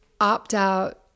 opt-out